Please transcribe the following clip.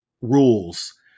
rules